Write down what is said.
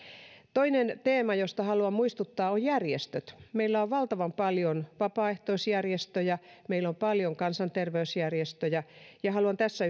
toinen teema josta haluan muistuttaa on järjestöt meillä on valtavan paljon vapaaehtoisjärjestöjä meillä on paljon kansanterveysjärjestöjä ja haluan tässä